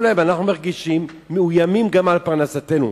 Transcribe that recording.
להם: אנחנו מרגישים מאוימים גם בפרנסתנו.